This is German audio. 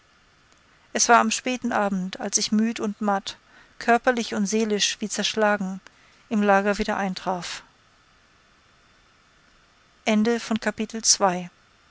es war am späten abend als ich müd und matt körperlich und seelisch wie zerschlagen im lager wieder eintraf